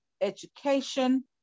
education